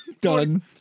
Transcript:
done